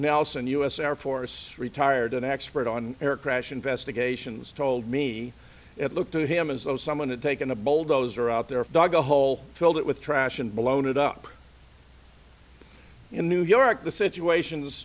nelson u s air force retired an expert on air crash investigations told me it looked to him as though someone had taken a bulldozer out there dug a hole filled it with trash and blown it up in new york the situation